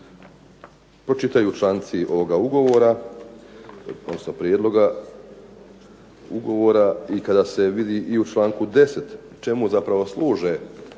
pročitaju članci ovoga ugovora, odnosno prijedloga ugovora i kada se vidi i u članku 10. čemu zapravo služe,